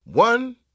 One